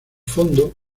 fondo